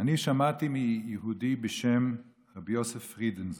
אני שמעתי מיהודי בשם רבי יוסף פרידנזון,